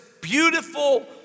beautiful